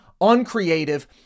uncreative